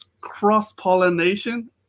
Cross-pollination